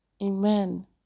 amen